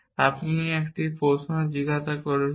এবং আপনি একটি প্রশ্ন জিজ্ঞাসা করছেন